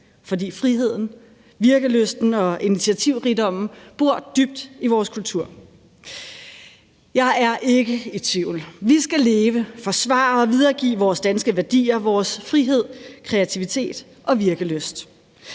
fordi friheden, virkelysten og initiativrigdommen bor dybt i vores kultur? Jeg er ikke i tvivl. Vi skal leve, forsvare og videregive vores danske værdier, vores frihed, kreativitet og virkelyst.